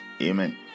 amen